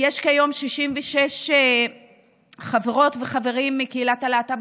יש כיום 66 חברות וחברים מקהילת הלהט"ב